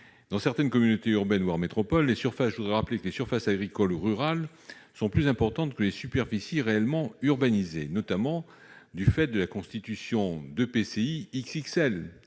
dans certaines communautés urbaines, voire certaines métropoles, les surfaces agricoles ou rurales sont plus importantes que les superficies réellement urbanisées, notamment du fait de la constitution d'EPCI « XXL